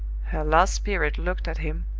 her lost spirit looked at him,